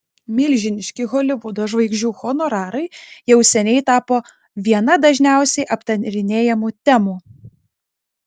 milžiniški holivudo žvaigždžių honorarai jau seniai tapo viena dažniausiai aptarinėjamų temų